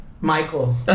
Michael